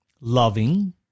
loving